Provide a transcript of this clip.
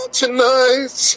tonight